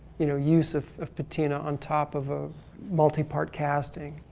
you know use of, of patina on top of a multipart casting.